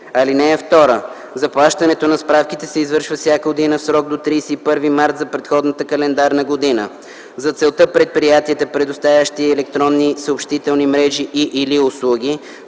КРС. (2) Заплащането на справките се извършва всяка година в срок до 31 март за предходната календарна година. За целта предприятията, предоставящи обществени електронни съобщителни мрежи и/или услуги